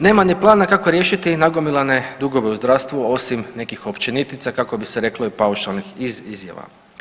Nema ni plana kako riješiti nagomilane dugove u zdravstvu osim nekih općenitica kako bi se reklo i paušalnih iz izjava.